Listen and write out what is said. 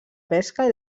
pesca